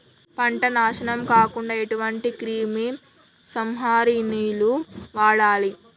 పంట నాశనం కాకుండా ఎటువంటి క్రిమి సంహారిణిలు వాడాలి?